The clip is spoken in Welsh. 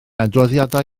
adroddiadau